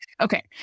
Okay